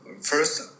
first